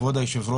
כבוד היושב ראש,